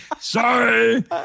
Sorry